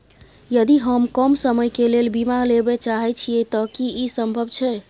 यदि हम कम समय के लेल बीमा लेबे चाहे छिये त की इ संभव छै?